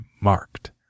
marked